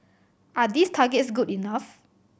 are these targets good enough